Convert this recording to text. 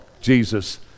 Jesus